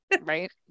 right